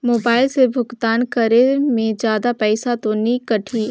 Mobile से भुगतान करे मे जादा पईसा तो नि कटही?